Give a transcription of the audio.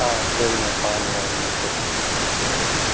ஆ சரிங்க பாருங்க வந்துட்டு